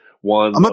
one